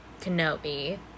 Kenobi